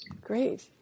Great